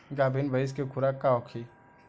गाभिन भैंस के खुराक का होखे?